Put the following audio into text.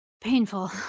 painful